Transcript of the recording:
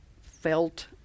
felt